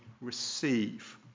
receive